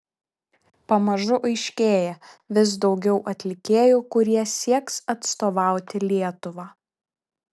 pamažu aiškėja vis daugiau atlikėjų kurie sieks atstovauti lietuvą